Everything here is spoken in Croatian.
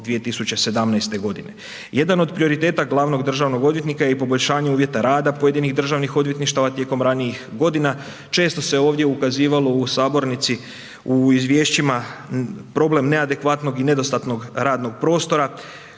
2017. godine. Jedan od prioriteta glavnog državnog odvjetnika je i poboljšanje uvjeta rada pojedinih državnih odvjetništava. Tijekom ranijih godina često se ovdje ukazivalo u sabornici u izvješćima problem neadekvatnog i nedostatnog radnog prostora